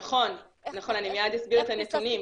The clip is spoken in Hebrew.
נכון, אני מיד אסביר את הנתונים.